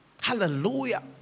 Hallelujah